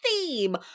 theme